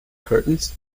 curtains